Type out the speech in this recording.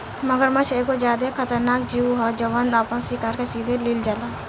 मगरमच्छ एगो ज्यादे खतरनाक जिऊ ह जवन आपना शिकार के सीधे लिल जाला